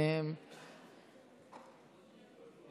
זה